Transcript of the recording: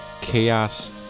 chaos